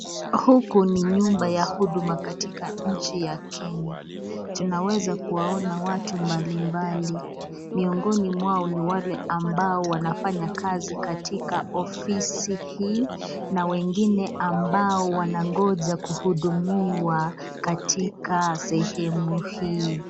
Huku ni nyumba ya huduma katika nchi ya Kenya, tunaweza kuwaona watu mbali mbali, miongoni mwao ni wale ambao wanafanya kazi katika ofisi hii na wengine ambao wanangoja kuhudumiwa katika sehemu hii.